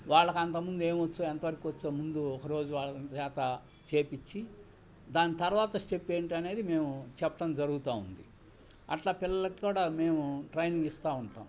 వాళ్ళకి అంత ముందు ఏమొచ్చో ఎంతవరకవచ్చో ముందు ఒకరోజు వాళ్ళ శాత చేపిచ్చి దాని తర్వాత స్టెప్ ఏంటి అనేది మేము చెప్పటం జరుగుతూ ఉంది అట్లా పిల్లలకి కూడా మేము ట్రైనింగ్ ఇస్తూ ఉంటాం